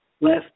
left